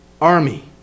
army